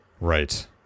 Right